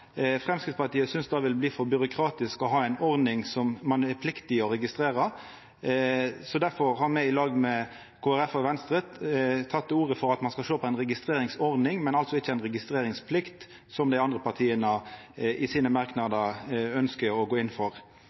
Framstegspartiet synest det vil bli for byråkratisk å ha ei ordning der ein er pliktig å registrera. Difor har me i lag med Kristeleg Folkeparti og Venstre teke til orde for at ein skal sjå på ei registreringsordning, men altså ikkje ei registreringsplikt, som dei andre partia i merknadene sine ønskjer å gå inn for.